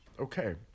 Okay